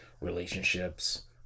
relationships